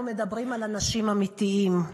אנחנו מדברים על אנשים אמיתיים,